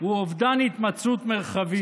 הוא אובדן התמצאות מרחבית.